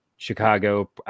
Chicago